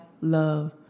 love